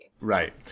Right